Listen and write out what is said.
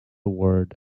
word